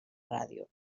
ràdio